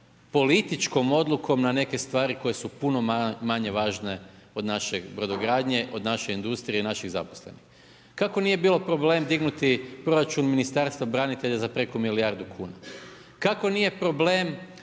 političkom odlukom na neke stvari koje su puno manje važne od naše brodogradnje, od naše industrije i naših zaposlenih. Kako nije bilo problem dignuti proračun Ministarstva branitelja za preko milijardu kuna? Kako nije problem